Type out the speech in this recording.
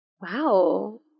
Wow